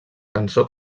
cançó